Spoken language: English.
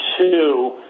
two